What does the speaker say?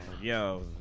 Yo